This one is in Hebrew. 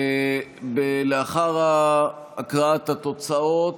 לאחר הקראת התוצאות,